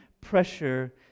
pressure